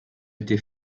été